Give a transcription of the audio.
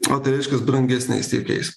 o tai reiškias brangesniais tiekėjais